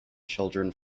children